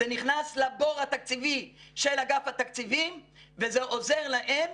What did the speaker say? זה נכנס לבור התקציבי של אגף התקציבים וזה עוזר להם